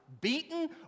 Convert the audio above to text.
beaten